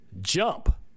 Jump